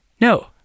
No